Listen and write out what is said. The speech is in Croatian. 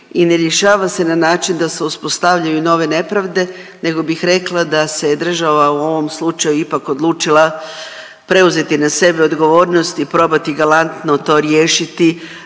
i ne rješava se na način da se uspostavljaju nove nepravde nego bih rekla da se je država u ovom slučaju ipak odlučila preuzeti na sebe odgovornost i probati galantno to riješiti